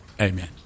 Amen